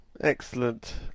Excellent